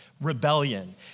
rebellion